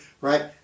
right